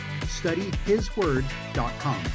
studyhisword.com